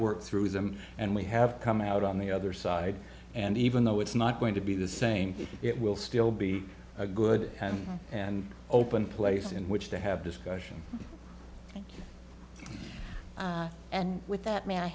worked through them and we have come out on the other side and even though it's not going to be the same thing it will still be a good and open place in which to have discussions and with that man i